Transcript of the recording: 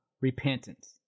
repentance